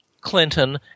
Clinton